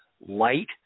light